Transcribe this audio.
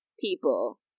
people